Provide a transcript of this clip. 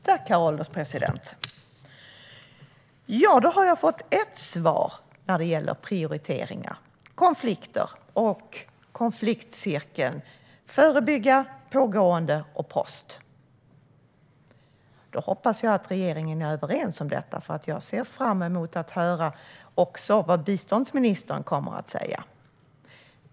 Herr ålderspresident! Då har jag fått ett svar om prioriteringar: konflikter, konfliktcirkeln, förbygga pågående konflikter och postkonflikter. Då hoppas jag att regeringen är överens om detta. Jag ser fram emot att höra vad också biståndsministern kommer att säga.